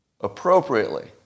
Appropriately